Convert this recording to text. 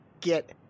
get